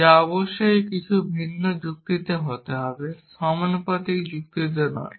যা অবশ্যই কিছু ভিন্ন যুক্তিতে হতে হবে সমানুপাতিক যুক্তিতে নয়